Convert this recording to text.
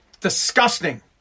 Disgusting